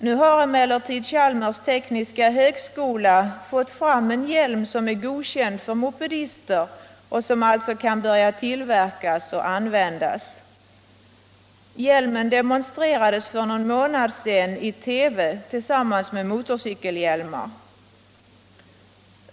Nu har emellertid Chalmers tekniska högskola fått fram en hjälm som är godkänd för mopedister och som alltså kan börja tillverkas och användas. Hjälmen demonstrerades för någon månad sedan i TV tillsammans med motorcykelhjälmar.